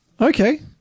Okay